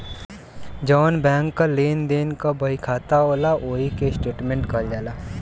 जौन बैंक क लेन देन क बहिखाता होला ओही के स्टेट्मेंट कहल जाला